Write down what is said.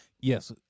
Yes